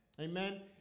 Amen